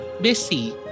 busy